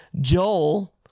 Joel